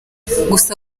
gusa